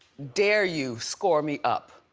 dare you score me up.